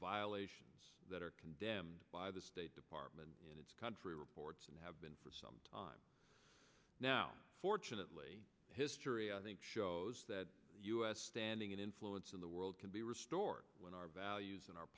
violations that are condemned by the state department contrary reports and have been for some time now fortunately history i think shows that us standing in influence in the world can be restored when our values and our